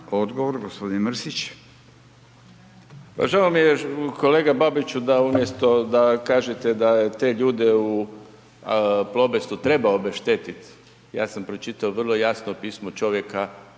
Odgovor, g. Mrsić.